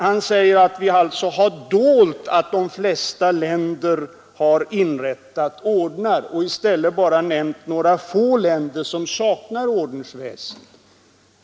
Han säger att vi dolt att de flesta länder har inrättat ordnar och i stället bara nämnt några få länder som saknar ordensväsende.